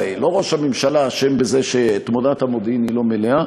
הרי לא ראש הממשלה אשם בזה שתמונת המודיעין היא לא מלאה,